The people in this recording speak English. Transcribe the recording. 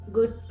Good